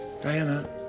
Diana